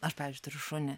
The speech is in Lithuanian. aš pavyzdžiui turiu šunį